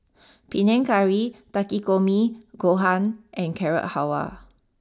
Panang Curry Takikomi Gohan and Carrot Halwa